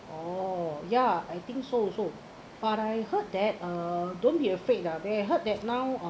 oh ya I think so also but I heard that uh don't be afraid lah that I heard that now